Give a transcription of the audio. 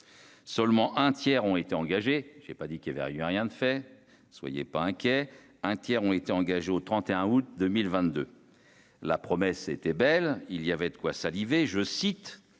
Seulement un tiers ont été engagés, j'ai pas dit qu'il est avait rien de fait, soyez pas inquiets, un tiers ont été engagés au 31 août 2022 la promesse était belle, il y avait de quoi saliver, je cite,